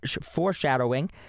foreshadowing